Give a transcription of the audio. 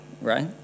right